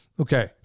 Okay